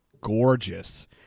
gorgeous